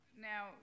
Now